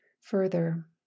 Further